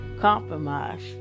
Compromise